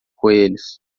coelhos